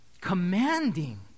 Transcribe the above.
commanding